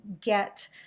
get